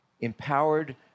empowered